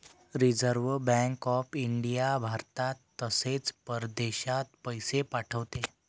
reserve Bank of India भारतात तसेच परदेशात पैसे पाठवते